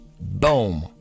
boom